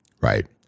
Right